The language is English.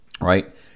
right